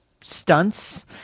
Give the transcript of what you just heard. stunts